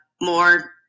more